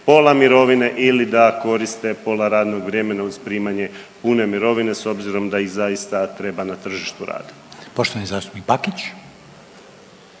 pola mirovine ili da koriste pola radnog vremena uz primanje pune mirovine s obzirom da ih zaista treba na tržištu rada.